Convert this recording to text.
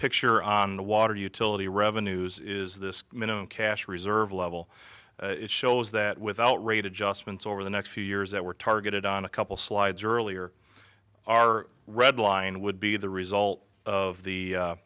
picture on the water utility revenues is this minimum cash reserve level it shows that without rate adjustments over the next few years that were targeted on a couple slides earlier our red line would be the result of the